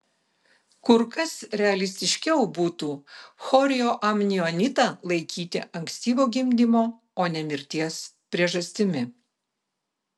kur kas realistiškiau būtų chorioamnionitą laikyti ankstyvo gimdymo o ne mirties priežastimi